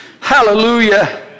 Hallelujah